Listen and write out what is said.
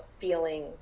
feeling